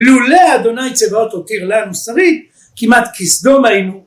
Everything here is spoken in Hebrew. ‫לולי ה' צבאות הותיר לנו שריד, ‫כמעט כסדום היינו,